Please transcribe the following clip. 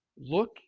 Look